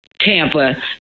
Tampa